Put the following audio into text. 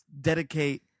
dedicate